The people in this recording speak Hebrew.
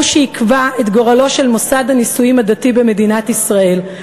הוא שיקבע את גורלו של מוסד הנישואים הדתי במדינת ישראל.